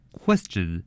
question